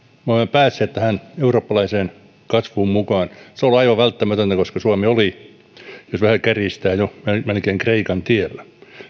päässeet tähän eurooppalaiseen kasvuun mukaan se on ollut aivan välttämätöntä koska suomi oli jos vähän kärjistää jo melkein kreikan tiellä